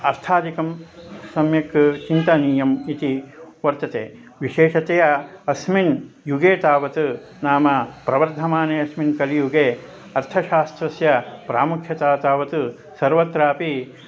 आस्थादिकं सम्यक् चिन्तनीयम् इति वर्तते विशेषतया अस्मिन् युगे तावत् नाम प्रवर्धमाने अस्मिन् कलियुगे अर्थशास्त्रस्य प्रामुख्यता तावत् सर्वत्रापि